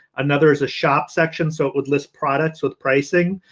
another is a shop section. so it would list products with pricing.